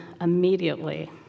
immediately